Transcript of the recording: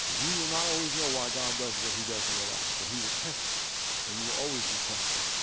you will not always know why god does what he does in your life but he will test you and you will always be tested.